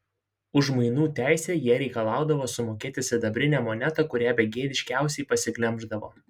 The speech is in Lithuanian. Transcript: už mainų teisę jie reikalaudavo sumokėti sidabrinę monetą kurią begėdiškiausiai pasiglemždavo